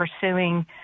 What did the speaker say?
pursuing